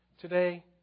Today